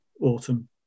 autumn